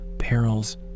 Perils